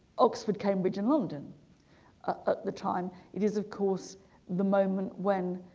oxford cambridge in london at the time it is of course the moment when